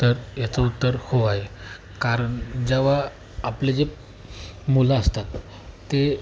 तर ह्याचं उत्तर हो आहे कारण जेव्हा आपले जे मुलं असतात ते